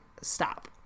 Stop